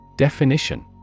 Definition